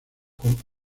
con